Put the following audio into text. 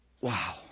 wow